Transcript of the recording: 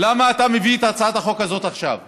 למה אתה מביא את הצעת החוק הזאת עכשיו?